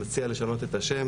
מציע לשנות את השם